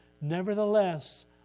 Nevertheless